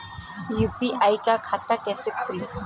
UPI का खाता कैसे खोलें?